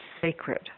sacred